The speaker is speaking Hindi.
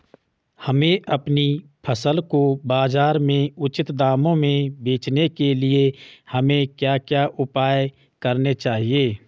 हमें अपनी फसल को बाज़ार में उचित दामों में बेचने के लिए हमें क्या क्या उपाय करने चाहिए?